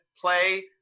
play